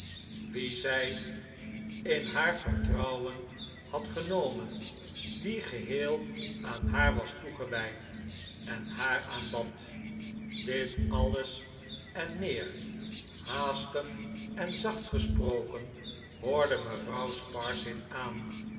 wien zij in haar vertrouwen had genomen die geheel aan haar was toegewijd en haar aanbad dit alles en meer haastig en zacht gesproken hoorde mevrouw sparsit aan